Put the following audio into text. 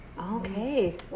Okay